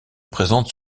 présente